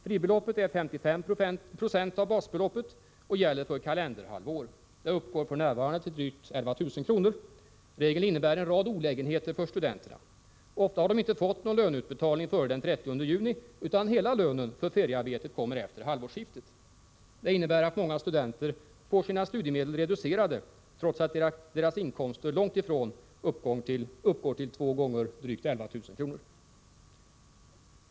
Fribeloppet är 55 90 av basbeloppet och gäller för kalenderhalvår. Det uppgår f. n. till drygt 11 000 kr. Regeln innebär en rad olägenheter för studenterna. Ofta har de inte fått någon löneutbetalning före den 30 juni, utan hela lönen för feriearbetet kommer efter halvårsskiftet. Det innebär att många studenter får sina studiemedel reducerade trots att deras inkomster långt ifrån uppgår till två gånger drygt 11 000 kr.